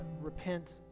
repent